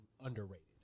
underrated